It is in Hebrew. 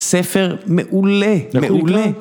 ‫ספר מעולה, מעולה.